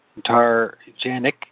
Tarjanic